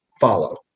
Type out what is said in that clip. follow